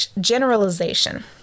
generalization